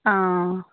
অঁ